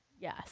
Yes